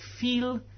feel